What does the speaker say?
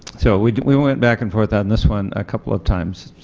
so we we went back and forth on this one a couple of times.